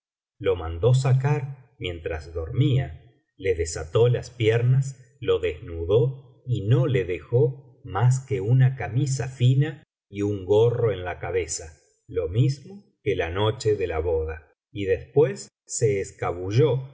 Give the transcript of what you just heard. lo mandó sacar mientras dormía le desató las piernas lo desnudó y no le dejó mas que una camisa fina y un gorro en la cabeza lo mismo que la noche de la boda y después se escabulló